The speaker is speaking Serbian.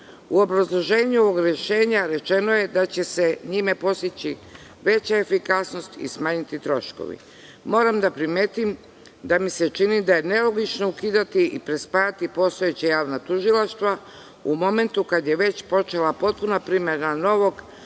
U obrazloženju ovog rešenja rečeno je da se njime postići veća efikasnost i smanjiti troškovi. Moram da primetim da mi se čini da je nelogično ukidati i prespajati postojeća javna tužilaštva, u momentu kada je već počela potpuna primena novog